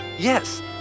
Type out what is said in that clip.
Yes